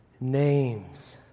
names